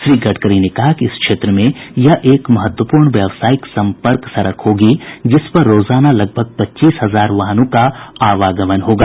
श्री गडकरी ने कहा कि इस क्षेत्र में यह एक महत्वपूर्ण व्यावसायिक संपर्क सड़क होगी जिस पर रोजाना लगभग पच्चीस हजार वाहनों का आवागमन होगा